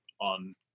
on